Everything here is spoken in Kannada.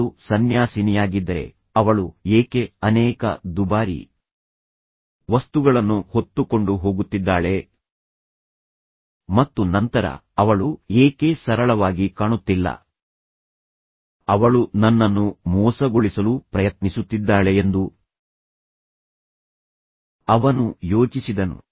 ಅವಳು ಸನ್ಯಾಸಿನಿಯಾಗಿದ್ದರೆ ಅವಳು ಏಕೆ ಅನೇಕ ದುಬಾರಿ ವಸ್ತುಗಳನ್ನು ಹೊತ್ತುಕೊಂಡು ಹೋಗುತ್ತಿದ್ದಾಳೆ ಮತ್ತು ನಂತರ ಅವಳು ಏಕೆ ಸರಳವಾಗಿ ಕಾಣುತ್ತಿಲ್ಲ ಅವಳು ನನ್ನನ್ನು ಮೋಸಗೊಳಿಸಲು ಪ್ರಯತ್ನಿಸುತ್ತಿದ್ದಾಳೆ ಎಂದು ಅವನು ಯೋಚಿಸಿದನು